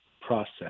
process